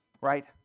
right